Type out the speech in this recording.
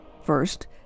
first